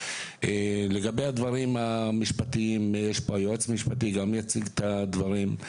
כשלגבי הדברים המשפטיים היועץ המשפטי יציג את הדברים.